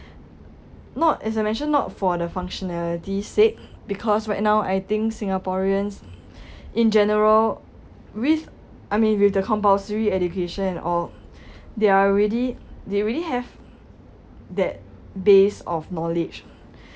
not as I mentioned not for the functionality's sake because right now I think singaporeans in general with I mean with the compulsory education and all they are already they already have that base of knowledge